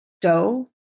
dough